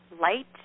light